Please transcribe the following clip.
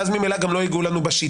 ואז ממילא גם לא ייגעו לנו בשיטה.